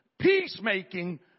Peacemaking